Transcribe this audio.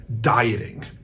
dieting